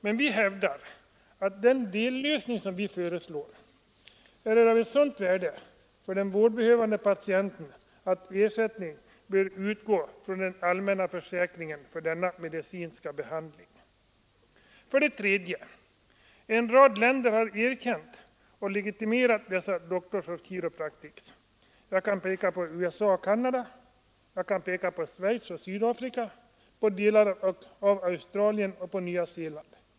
Men vi hävdar att den dellösning som vi föreslår är av sådant värde för den vårdbehövande patienten att ersättning bör utgå från den allmänna försäkringen för denna medicinska behandling. För det tredje har en rad länder erkänt och legitimerat dessa Doctors of Chiropractic. Jag kan här nämna USA och Canada, Schweiz, Sydafrika och delar av Australien och Nya Zeeland.